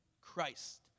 Christ